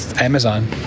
Amazon